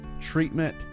treatment